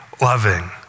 loving